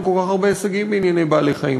כל כך הרבה הישגים בענייני בעלי-חיים.